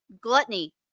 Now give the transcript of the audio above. gluttony